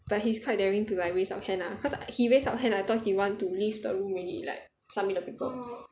but he's quite daring to like raise up hand lah cause he raise up hand I thought he want to leave the room already like submit the paper